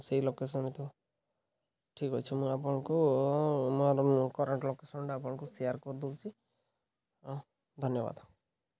ସେଇ ଲୋକେସନ୍ ଥିବ ଠିକ୍ ଅଛି ମୁଁ ଆପଣଙ୍କୁ ମୋର କରେଣ୍ଟ୍ ଲୋକେସନ୍ଟା ଆପଣଙ୍କୁ ସେୟାର୍ କରିଦେଉଛି ହଁ ଧନ୍ୟବାଦ